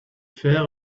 fear